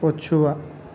ପଛୁଆ